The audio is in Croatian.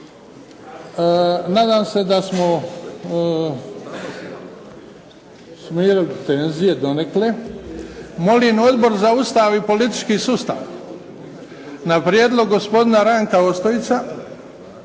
nadam se da smo smirili tenzije donekle. Molim Odbor za Ustav i politički sustav na prijedlog gospodina Ranka Ostojića